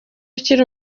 ukiri